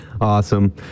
Awesome